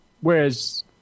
Whereas